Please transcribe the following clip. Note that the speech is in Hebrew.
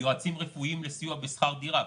יועצים רפואיים לסיוע בשכר דירה,